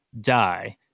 die